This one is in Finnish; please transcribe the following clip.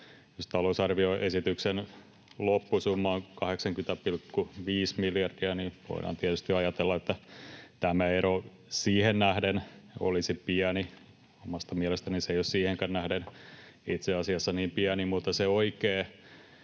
Jos talousarvioesityksen loppusumma on 80,5 miljardia, niin voidaan tietysti ajatella, että tämä ero siihen nähden olisi pieni — omasta mielestäni se ei ole siihenkään nähden itse asiassa niin pieni — mutta se oikea